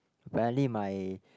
barely my